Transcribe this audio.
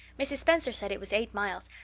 mrs. spencer said it was eight miles.